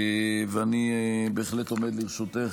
אני בהחלט עומד לרשותך,